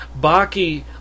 Baki